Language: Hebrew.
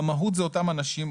כי במהות זה אותם אנשים,